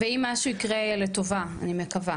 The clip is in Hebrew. ואם משהו יקרה לטובה אני מקווה,